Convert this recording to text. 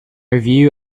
review